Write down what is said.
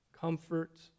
comfort